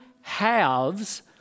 halves